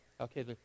Okay